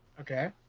Okay